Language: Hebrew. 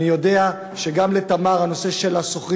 אני יודע שגם לתמר הנושא של השוכרים